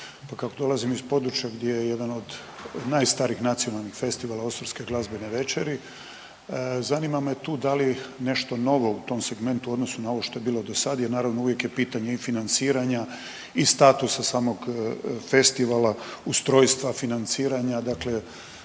kako dolazim iz područja gdje je jedan od najstarijih nacionalnih festivala Osorske glazbene večeri zanima me tu da li nešto novo u tom segmentu u odnosu na ovo što je bilo dosada jer naravno uvijek je pitanje i financiranja i statusa samog festivala, ustrojstva financiranja, dakle